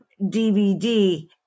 DVD